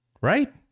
Right